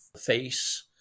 face